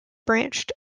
branched